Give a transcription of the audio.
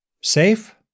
safe